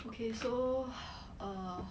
okay so err